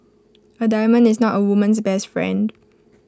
A diamond is not A woman's best friend